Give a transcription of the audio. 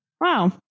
Wow